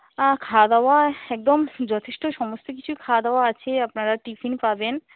খাওয়া দাওয়া একদম যথেষ্ট সমস্ত কিছুই খাওয়া দাওয়া আছে আপনারা টিফিন পাবেন